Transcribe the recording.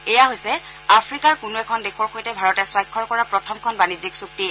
এয়া হৈছে আফ্ৰিকাৰ কোনো এখন দেশৰ সৈতে ভাৰতে স্বাক্ষৰ কৰা প্ৰথমখন বাণিজ্যিক চুক্তি